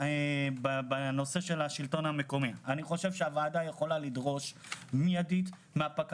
אנחנו לא נגיע לאתר בנייה, תפנה למינהל הבטיחות.